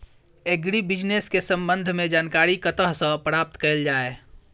Agri business केँ संबंध मे जानकारी कतह सऽ प्राप्त कैल जाए?